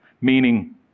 Meaning